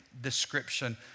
description